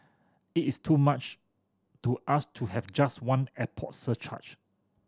it is too much to ask to have just one airport surcharge